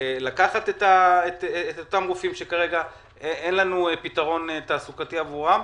לקחת את אותם רופאים שכרגע אין לנו פתרון תעסוקתי עבורם.